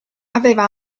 aveva